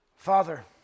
Father